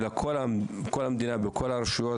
אלא כל המדינה בכל הרשויות,